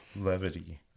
levity